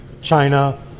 China